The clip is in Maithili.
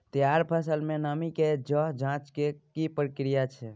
तैयार फसल में नमी के ज जॉंच के की प्रक्रिया छै?